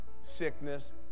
sickness